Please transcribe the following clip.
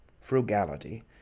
Frugality